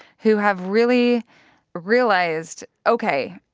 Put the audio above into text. who have really realized, ok,